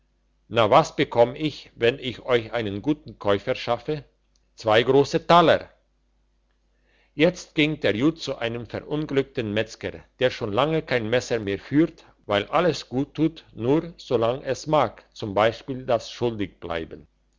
na was bekomm ich wenn ich euch einen guten käufer schaffe zwei grosse taler jetzt ging der jud zu einem verunglückten metzger der schon lange kein messer mehr führt weil alles guttut nur solange es mag z b das schuldigbleiben